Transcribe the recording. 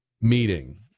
meeting